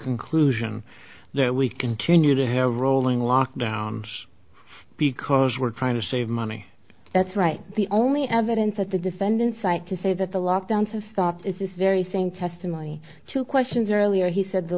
conclusion that we continue to have rolling lockdowns because we're trying to save money that's right the only evidence that the defendants cite to say that the lock downs have stopped is this very same testimony two questions earlier he said the